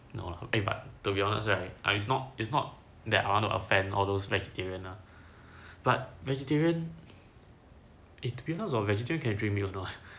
no lah eh but to be honest it's not it's not that I wanna offend all those vegetarian lah but vegetarian to be honest hor vegetarian can drink milk not ah